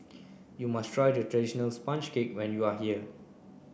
you must try traditional sponge cake when you are here